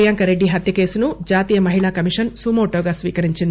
ప్రియాంక రెడ్డి హత్య కేసును జాతీయ మహిళా కమిషస్ సుమోటోగా స్వీకరించింది